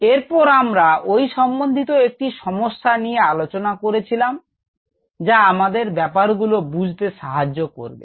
এরপর আমরা ঐ সম্বন্ধিত একটি সমস্যা নিয়ে আলোচনা করেছিলাম যা আমাদের ব্যাপারগুলো বুঝতে সাহায্য করবে